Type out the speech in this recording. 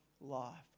life